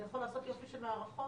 אתה יכול לעשות יופי של מערכות,